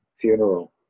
funeral